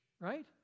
right